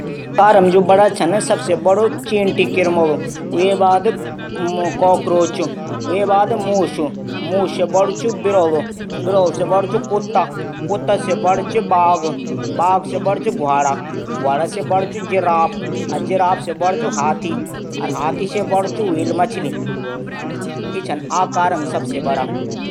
आकार अनुसार चींटी वेकू बाद काकरॉच वेकू बाद मूसू वेकू बाद बिरलू से बडू कुता फिर बाध से बडू ध्वाडा से बडू जिराफ़ से बडू हाथी से बडू ह्वेल मछली। ई छन आकार मा सबसे बडा